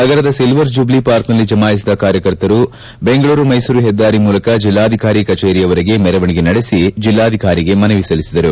ನಗರದ silver jubilee ಪಾರ್ಕಿನಲ್ಲಿ ಜಮಾಯಿಸಿದ ಕಾರ್ಕಕರ್ತರು ಬೆಂಗಳೂರು ಮೈಸೂರು ಹೆದ್ದಾರಿ ಮೂಲಕ ಜಿಲ್ಲಾಧಿಕಾರಿ ಕಚೇರಿಯವರೆಗೆ ಮೆರವಣಿಗೆ ನಡೆಸಿ ಜೆಲ್ಲಾಧಿಕಾರಿಗೆ ಮನವಿ ಸಲ್ಲಿಸಿದರು